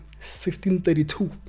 1632